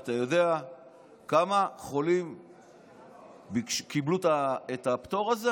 אתה יודע כמה חולים קיבלו את הפטור הזה?